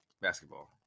Basketball